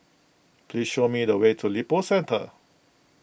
please show me the way to Lippo Centre